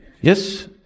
Yes